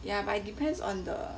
ya but depends on the